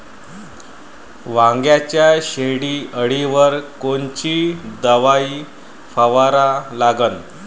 वांग्याच्या शेंडी अळीवर कोनची दवाई फवारा लागन?